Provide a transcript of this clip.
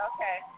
Okay